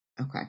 Okay